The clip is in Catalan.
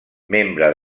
membre